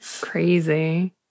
Crazy